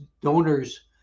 donors